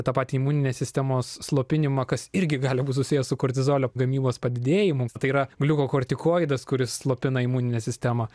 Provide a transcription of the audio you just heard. tą patį imuninės sistemos slopinimą kas irgi gali būt susijęs su kortizolio gamybos padidėjimu tai yra gliukokortikoidas kuris slopina imuninę sistemą